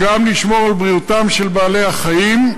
גם לשמור על בריאותם של בעלי-החיים,